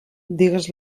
digues